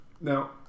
Now